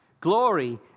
glory